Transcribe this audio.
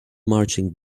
marching